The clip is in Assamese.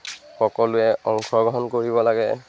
সকলোৱে অংশগ্ৰহণ কৰিব লাগে